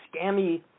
scammy